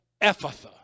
Ephatha